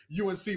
UNC